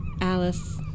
Alice